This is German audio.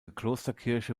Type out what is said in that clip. klosterkirche